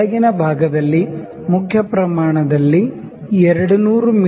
ಕೆಳಗಿನ ಭಾಗದಲ್ಲಿ main scale ದಲ್ಲಿ 200 ಮಿ